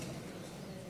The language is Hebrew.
תודה.